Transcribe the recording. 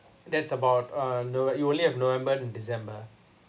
that's about um you know what we only have november december